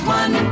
one